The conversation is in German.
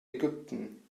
ägypten